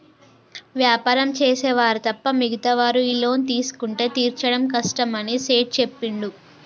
వ్యాపారం చేసే వారు తప్ప మిగతా వారు ఈ లోన్ తీసుకుంటే తీర్చడం కష్టమని సేట్ చెప్పిండు